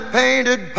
painted